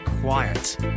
quiet